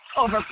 over